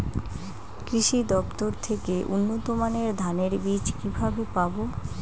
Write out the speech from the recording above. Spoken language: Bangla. কৃষি দফতর থেকে উন্নত মানের ধানের বীজ কিভাবে পাব?